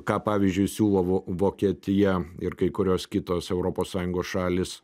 ką pavyzdžiui siūlo vo vokietija ir kai kurios kitos europos sąjungos šalys